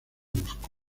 moscú